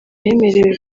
yemerewe